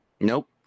Nope